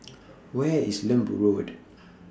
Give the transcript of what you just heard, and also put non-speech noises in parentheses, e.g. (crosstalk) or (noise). (noise) Where IS Lembu Road